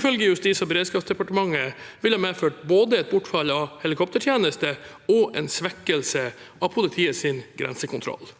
ifølge Justis- og beredskapsdepartementet ville medført både et bortfall av helikop tertjeneste og en svekkelse av politiets grensekontroll.